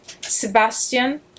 Sebastian